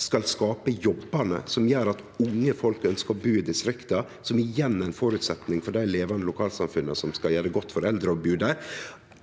skal skape jobbane som gjer at unge folk ønskjer å bu i distrikta, noko som igjen er ein føresetnad for dei levande lokalsamfunna som skal gjere det godt for eldre å bu der.